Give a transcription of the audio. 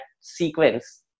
sequence